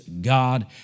God